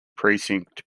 precinct